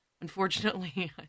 unfortunately